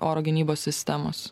oro gynybos sistemos